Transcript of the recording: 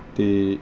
ਅਤੇ